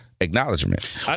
acknowledgement